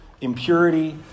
impurity